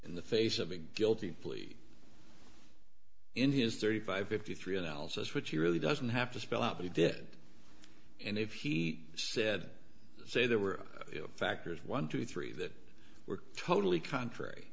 in the face of a guilty plea in his thirty five fifty three analysis which he really doesn't have to spell out he did and if he said say there were factors one two three that were totally contrary